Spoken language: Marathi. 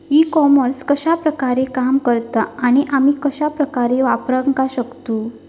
ई कॉमर्स कश्या प्रकारे काम करता आणि आमी कश्या प्रकारे वापराक शकतू?